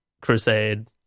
crusade